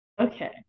Okay